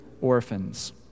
orphans